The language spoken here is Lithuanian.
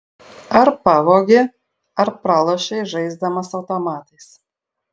ar pavogė ar pralošei žaisdamas automatais